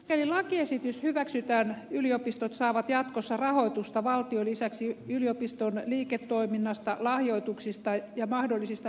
mikäli lakiesitys hyväksytään yliopistot saavat jatkossa rahoitusta valtion lisäksi yliopiston liiketoiminnasta lahjoituksista ja mahdollisista pääomatuloista